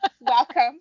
welcome